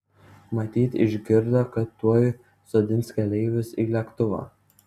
matyt išgirdo kad tuoj sodins keleivius į lėktuvą